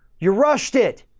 you rushed it.